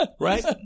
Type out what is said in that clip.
right